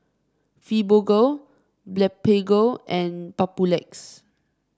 Fibogel Blephagel and Papulex